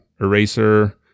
eraser